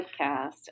Podcast